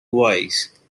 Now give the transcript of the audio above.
voice